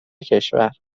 کشور